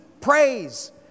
praise